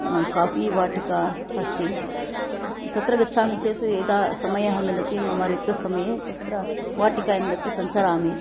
coffee वाटिका अस्ति तत्र गच्छामि चेत् यदा समयः मिलति मम रिक्तसमये तत्र वाटिकायां गत्वा सञ्चरामि